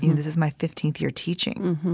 you know this is my fifteenth year teaching,